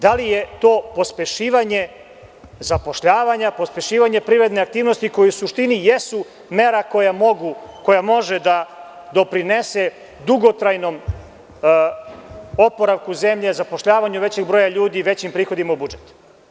Da li je to pospešivanje zapošljavanja, pospešivanje privredne aktivnosti koje u suštini jesu mera koja može da doprinese dugotrajnom oporavku zemlje, zapošljavanju većeg broja ljudi i većim prihodima u budžetu?